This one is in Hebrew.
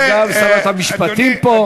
גם שרת המשפטים פה.